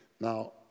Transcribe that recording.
Now